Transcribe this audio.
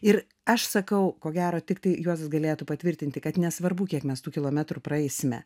ir aš sakau ko gero tiktai juozas galėtų patvirtinti kad nesvarbu kiek mes tų kilometrų praeisime